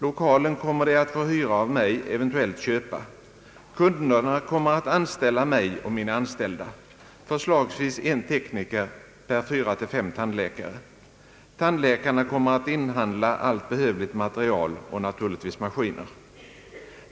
Lokalen kommer de att få hyra av mig . Kunderna kommer att anställa mig och mina anställda. Förslagsvis en tekniker per 4—535 tandläkare. Tandläkarna kommer att inhandla allt behövligt material och naturligtvis maskiner.